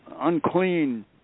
unclean